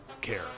care